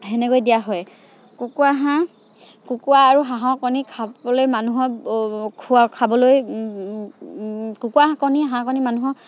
তেনেকৈ দিয়া হয় কুকুৰা হাঁহ কুকুৰা আৰু হাঁহৰ কণী খাবলৈ মানুহৰ খোৱা খাবলৈ কুকুৰা কণী হাঁহ কণী মানুহক